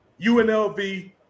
UNLV